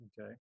okay